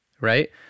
right